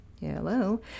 hello